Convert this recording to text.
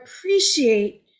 appreciate